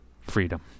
freedom